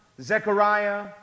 Zechariah